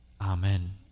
Amen